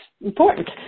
important